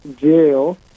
Jail